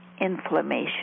inflammation